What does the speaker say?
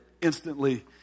instantly